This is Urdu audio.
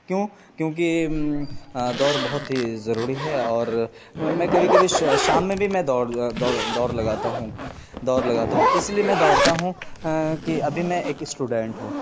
کیوں کیونکہ دور بہت ہی ضروری ہے اور میں کبھی کبھی شام میں بھی میں دور لگاتا ہوں دور لگاتا ہوں اسی لیے میں دوڑتا ہوں کہ ابھی میں ایک اسٹوڈینٹ ہوں